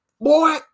boy